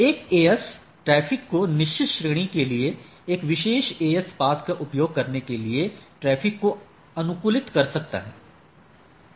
एक AS traffic की निश्चित श्रेणी के लिए एक विशेष AS पाथ का उपयोग करने के लिए ट्रैफिक को अनुकूलित कर सकता है